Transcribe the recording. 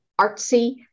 artsy